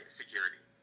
security